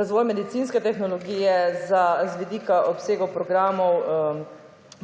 razvoj medicinske tehnologije z vidika obsegov programov